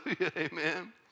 Amen